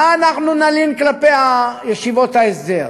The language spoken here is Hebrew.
מה לנו כי נלין כלפי ישיבות ההסדר?